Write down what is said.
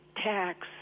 tax